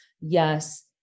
yes